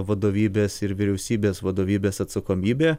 vadovybės ir vyriausybės vadovybės atsakomybė